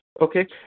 Okay